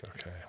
okay